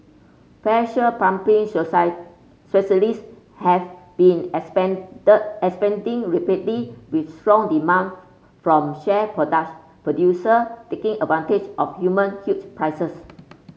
pressure pumping specialists have been expanded expanding rapidly with strong demands from shale producer taking advantage of human huge prices